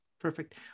Perfect